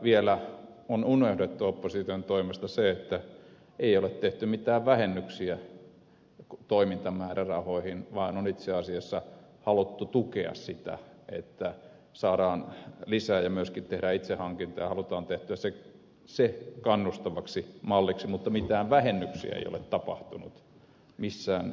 vielä on unohdettu opposition toimesta se että ei ole tehty mitään vähennyksiä toimintamäärärahoihin vaan on itse asiassa haluttu tukea sitä että saadaan lisää ja myöskin tehdään itse hankintoja halutaan tehdä se kannustavaksi malliksi mutta mitään vähennyksiä ei ole tapahtunut missään yliopistossa